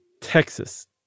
Texas